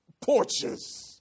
porches